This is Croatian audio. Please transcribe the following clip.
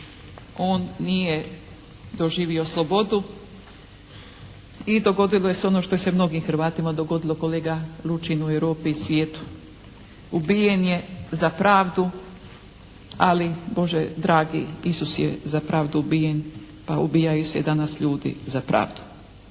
on nije doživio slobodu i dogodilo se ono što se mnogim Hrvatima dogodilo kolega Lučin u Europi i svijetu. Ubijen je za pravdu, ali Bože dragi Isus je za pravdu ubijen pa ubijaju se i danas ljudi za pravdu.